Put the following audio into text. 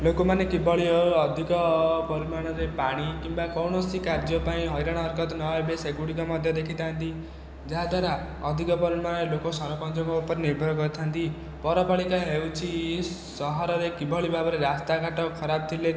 ଲୋକମାନେ କିଭଳି ଅଧିକ ପରିମାଣରେ ପାଣି କିମ୍ବା କୌଣସି କାର୍ଯ୍ୟ ପାଇଁ ହଇରାଣ ହରକତ ନ ହେବେ ସେଗୁଡ଼ିକ ମଧ୍ୟ ଦେଖିଥାନ୍ତି ଯାହା ଦ୍ଵାରା ଅଧିକ ପରିମାଣରେ ଲୋକ ସରପଞ୍ଚଙ୍କ ଉପରେ ନିର୍ଭର କରିଥାନ୍ତି ପୌରପାଳିକା ହେଉଛି ସହରରେ କିଭଳି ଭାବରେ ରାସ୍ତା ଘାଟ ଖରାପ ଥିଲେ